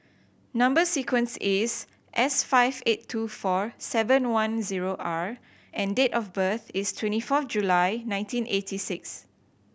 number sequence is S five eight two four seven one zero R and date of birth is twenty fourth July nineteen eighty six